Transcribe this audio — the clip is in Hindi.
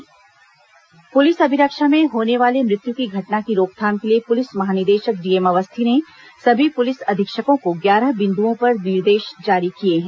पुलिस अभिरक्षा डीजीपी पुलिस अभिरक्षा में होने वाली मृत्यु की घटना की रोकथाम के लिए पुलिस महानिदेशक डीएम अवस्थी ने सभी पुलिस अधीक्षकों को ग्यारह बिंदओं पर निर्देश जारी किए हैं